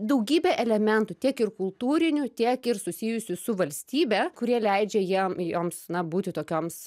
daugybė elementų tiek ir kultūrinių tiek ir susijusių su valstybe kurie leidžia jiem joms na būti tokioms